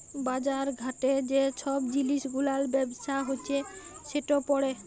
বাজার ঘাটে যে ছব জিলিস গুলার ব্যবসা হছে সেট পড়ে